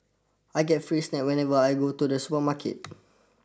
I get free snacks whenever I go to the supermarket